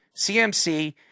CMC